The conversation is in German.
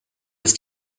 ist